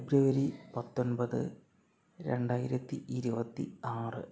ഫെബ്രുവരി പത്തൊൻപത് രണ്ടായിരത്തി ഇരുപത്തി ആറ്